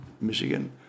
Michigan